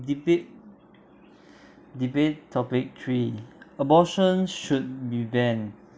debate debate topic three abortion should be banned